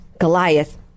Goliath